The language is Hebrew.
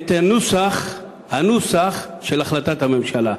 את הנוסח של החלטת הממשלה.